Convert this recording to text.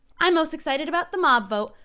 i'm most excited about the mob vote.